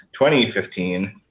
2015